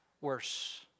Worse